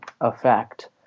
effect